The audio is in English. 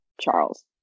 Charles